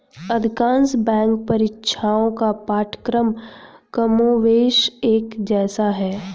अधिकांश बैंक परीक्षाओं का पाठ्यक्रम कमोबेश एक जैसा है